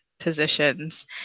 positions